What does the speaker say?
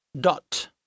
Dot